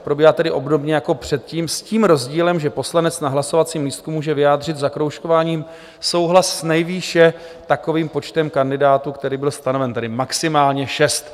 Probíhá tedy obdobně jako předtím s tím rozdílem, že poslanec na hlasovacím lístku může vyjádřit zakroužkováním souhlas s nejvýše takovým počtem kandidátů, který byl stanoven, tedy maximálně šest.